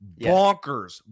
Bonkers